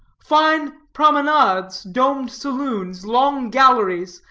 fine promenades, domed saloons, long galleries,